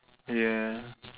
ya